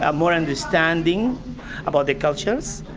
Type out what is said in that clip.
ah more understanding about their cultures.